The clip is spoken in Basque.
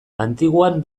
antiguan